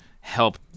help